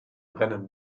brennen